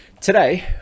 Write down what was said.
today